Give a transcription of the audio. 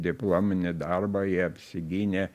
diplominį darbą jie apsigynė